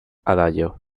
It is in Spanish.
adagio